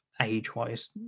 age-wise –